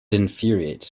infuriates